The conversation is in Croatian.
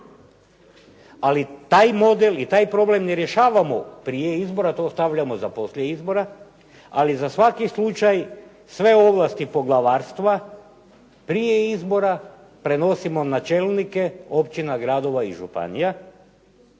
ali taj model i taj problem ne rješavamo prije izbora, to ostavljamo za poslije izbora, ali za svaki slučaj sve ovlasti poglavarstva prije izbora prenosimo na čelnike općina, gradova i županija